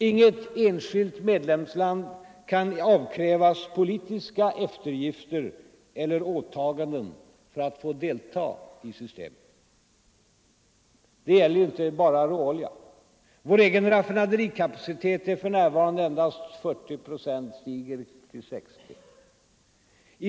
Inget enskilt medlemsland kan avkrävas politiska eftergifter eller åtaganden för att få delta i fördelningssystemet. Det gäller inte bara råolja. Vår egen raffinaderikapacitet är för närvarande endast 40 procent. Den stiger nu till 60.